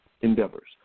endeavors